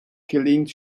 gelingt